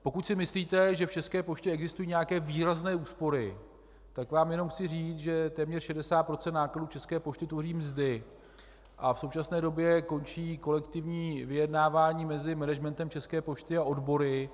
Pokud si myslíte, že v České poště existují nějaké výrazné úspory, tak vám jenom chci říct, že téměř 60 % nákladů České pošty tvoří mzdy, a v současné době končí kolektivní vyjednávání mezi managementem České pošty a odbory.